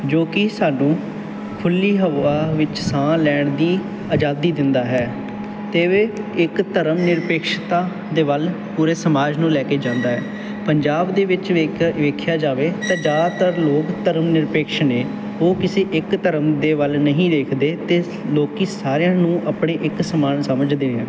ਜੋ ਕਿ ਸਾਨੂੰ ਖੁੱਲ੍ਹੀ ਹਵਾ ਵਿੱਚ ਸਾਹ ਲੈਣ ਦੀ ਆਜ਼ਾਦੀ ਦਿੰਦਾ ਹੈ ਅਤੇ ਇਵੇਂ ਇੱਕ ਧਰਮ ਨਿਰਪਿਕਸ਼ਤਾ ਦੇ ਵੱਲ ਪੂਰੇ ਸਮਾਜ ਨੂੰ ਲੈ ਕੇ ਜਾਂਦਾ ਹੈ ਪੰਜਾਬ ਦੇ ਵਿੱਚ ਵੇਕ ਵੇਖਿਆ ਜਾਵੇ ਤਾਂ ਜ਼ਿਆਦਾਤਰ ਲੋਕ ਧਰਮ ਨਿਰਪੇਖਸ਼ ਨੇ ਉਹ ਕਿਸੇ ਇੱਕ ਧਰਮ ਦੇ ਵੱਲ ਨਹੀਂ ਦੇਖਦੇ ਅਤੇ ਲੋਕ ਸਾਰਿਆਂ ਨੂੰ ਆਪਣੇ ਇੱਕ ਸਮਾਨ ਸਮਝਦੇ